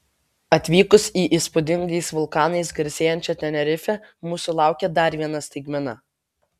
atvykus į įspūdingais vulkanais garsėjančią tenerifę mūsų laukė dar viena staigmena